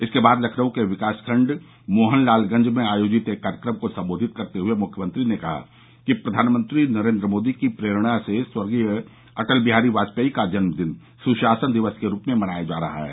इसके बाद लखनऊ के विकास खंड मोहनलालगंज में आयोजित एक कार्यक्रम को सम्बोधित करते हुए मुख्यमंत्री ने कहा कि प्रधानमंत्री नरेन्द्र मोदी की प्रेरणा से स्वर्गीय अटल बिहारी वाजपेयी का जन्मदिन सुशासन दिवस के रूप में मनाया जा रहा है